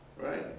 right